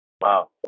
Wow